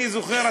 אני זוכר,